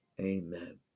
Amen